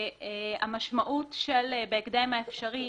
המשמעות של בהקדם האפשרי,